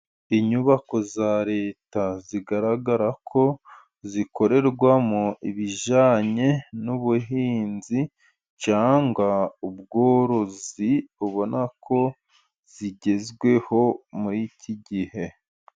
Inyubako za leta zigaragarako zikorerwamo ibijyanye n'ubuhinzi cyangwa ubworozi, ubona ko zigezweho muri iki gihe.